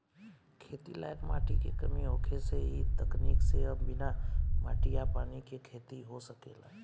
खेती लायक माटी के कमी होखे से इ तकनीक से अब बिना माटी आ पानी के खेती हो सकेला